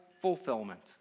fulfillment